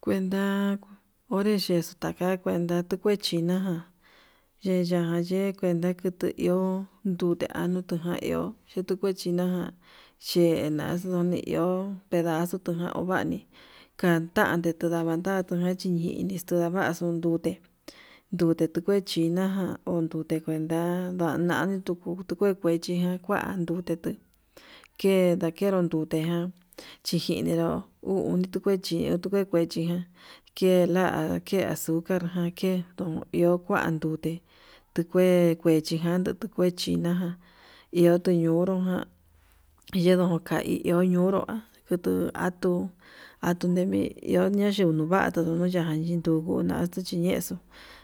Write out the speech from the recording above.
Kuenta onreyexu tka chinajan yeyajan yee kuenta, ndakutu iho ndute anutujan iho yetukue chinajan che'e naxu nune iho, pedaxu jan uvani kandate tundatatu jan chí minixu ndavaxu ndute ndute tu kue chinaján ondute kuenta ndate ndukuu, tu kue chejan kua ndute kuu ke dakenro dute ján chichiniru uu tukue chininru tukue kechijan kela ke azucar jan ke ton iho kuan ndute, tukue kuechijan tukuechi najan iho tuñunrujan yendo ka hi iho kuenta ñunrujan kutu atuu atuu nevi iho ndayunu hatu yunduna yinduju naxtu chinexu